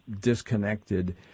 disconnected